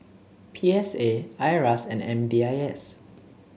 P S A Iras and M D I S